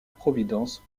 providence